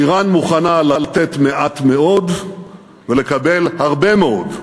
איראן מוכנה לתת מעט מאוד ולקבל הרבה מאוד,